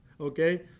Okay